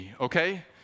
okay